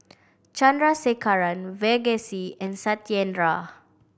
Chandrasekaran Verghese and Satyendra